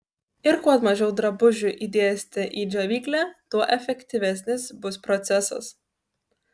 ir kuo mažiau drabužių įdėsite į džiovyklę tuo efektyvesnis bus procesas